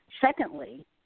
Secondly